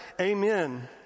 Amen